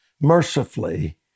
Mercifully